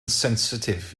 sensitif